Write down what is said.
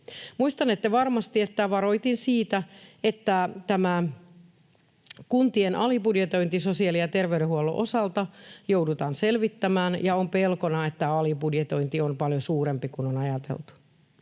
Muistanette varmasti, että varoitin siitä, että tämä kuntien alibudjetointi sosiaali‑ ja terveydenhuollon osalta joudutaan selvittämään ja on pelkona, että alibudjetointi on paljon suurempaa kuin on ajateltu.